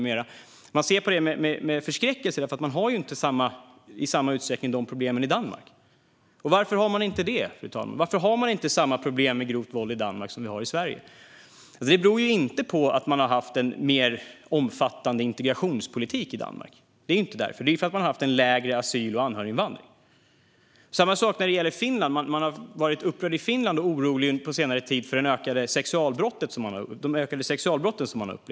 Man ser på det med förskräckelse, eftersom man inte har de problemen i samma utsträckning i Danmark. Varför har man inte samma problem med grovt våld i Danmark som vi har i Sverige, fru talman? Det beror inte på att man har haft en mer omfattande integrationspolitik i Danmark. Det är inte därför. Det är för att man har haft lägre asyl och anhöriginvandring. Samma sak gäller Finland. Där har man på senare tid varit upprörd och orolig över ökade sexualbrott.